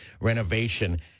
renovation